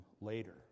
later